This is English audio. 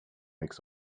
makes